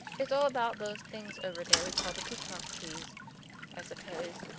it's all about those things over there we call the peacock trees i suppose,